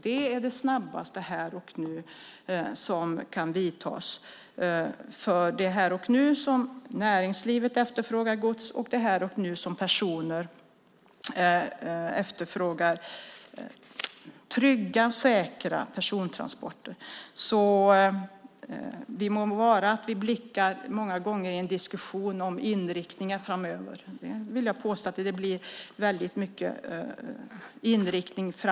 Det är det snabbaste här och nu som kan vidtas, för det är här och nu som näringslivet efterfrågar gods och det är här och nu som personer efterfrågar trygga och säkra persontransporter. Det må vara att vi blickar framåt många gånger i en diskussion mot inriktningar framöver. Jag vill påstå att det blir väldigt mycket inriktning.